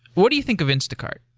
what do you think of instacart?